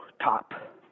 top